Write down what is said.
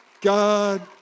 God